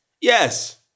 Yes